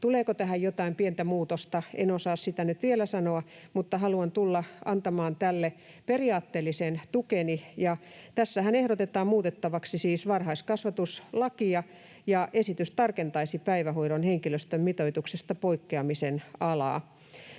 tuleeko tähän jotain pientä muutosta, en osaa sitä nyt vielä sanoa, mutta haluan tulla antamaan tälle periaatteellisen tukeni. Tässähän ehdotetaan muutettavaksi siis varhaiskasvatuslakia, ja esitys tarkentaisi päivähoidon henkilöstömitoituksesta poikkeamisen alaa.